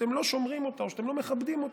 שאתם לא שומרים אותה או שאתם לא מכבדים אותה,